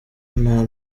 nta